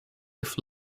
with